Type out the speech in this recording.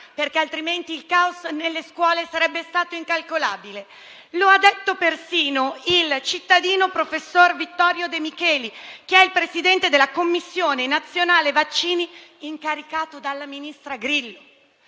perché altrimenti il caos nelle scuole sarebbe stato incalcolabile. Lo ha detto persino il cittadino professor Vittorio Demicheli, che è il Presidente della Commissione nazionale vaccini, incaricato dal ministro Grillo.